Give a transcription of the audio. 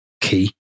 key